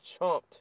chomped